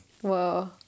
Whoa